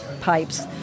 pipes